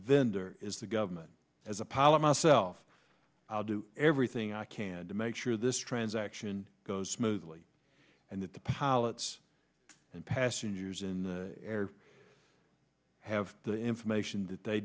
vendor is the government as a pilot myself i'll do everything i can to make sure this transaction goes smoothly and that the pilots and passengers in the air have the information that they